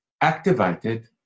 activated